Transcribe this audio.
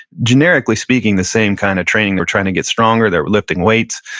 generically speaking, the same kind of training. they're trying to get stronger, they're lifting weights.